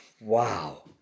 wow